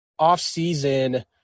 offseason